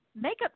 makeup